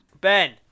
ben